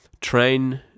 Train